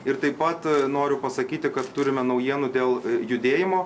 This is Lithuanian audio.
ir taip pat noriu pasakyti kad turime naujienų dėl judėjimo